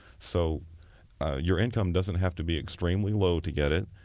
so your income doesn't have to be extremely low to get it,